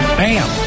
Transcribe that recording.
bam